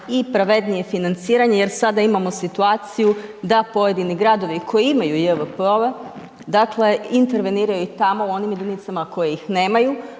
i pravednije financiranje jer sada imamo situaciju da pojedini gradovi koji imaju JVP-ove dakle interveniraju i tamo u onim jedinicama koje ih nemaju